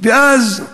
ואז,